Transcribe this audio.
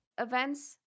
events